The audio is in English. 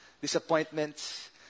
disappointments